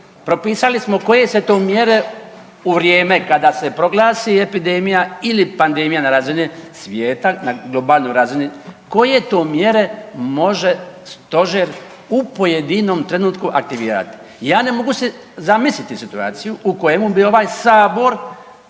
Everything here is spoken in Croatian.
propisali smo koje se to mjere u vrijeme kada se proglasi epidemija ili pandemija na razini svijeta, na globalnoj razini, koje to mjere može Stožer u pojedinom trenutku aktivirati. Ja ne mogu si zamisliti situaciju u kojemu bi ovaj Sabor